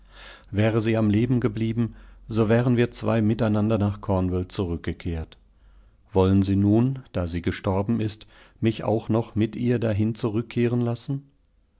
wäre sie am leben geblieben so wären wir zwei miteinander nach cornwall zurückgekehrt wollen sie nun da sie gestorben ist mich auchnochmitihrdahinzurückkehrenlassen rosamunde machte